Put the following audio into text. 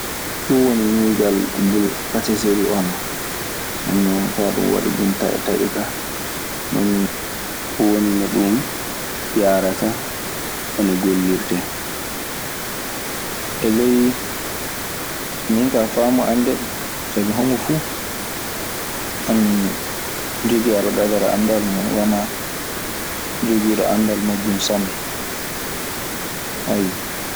Ɗum woni nuuygal bu- pateseri oo, nden ne faa ɗum taƴƴe taƴƴe. Kaa non nii non woni no ɗun yaarata e no gollirtee. E ley min kaa faamu an dee, sabi homo fu ana jogii alkadara. Mi wanaa jogiiɗo anndal muuɗun sanne.